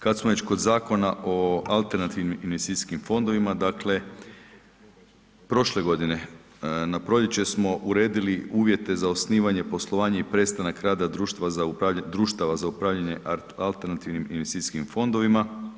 Kad smo već kod Zakona o alternativnim investicijskim fondovima, dakle prošle godine na proljeće smo uredili uvjete za osnivanje, poslovanje i prestanak rada društava za upravljanje alternativnim investicijskim fondovima.